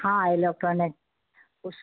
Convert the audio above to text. हाँ इलेक्ट्रॉनिक उस